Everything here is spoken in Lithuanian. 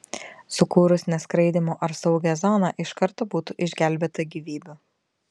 sukūrus neskraidymo ar saugią zoną iš karto būtų išgelbėta gyvybių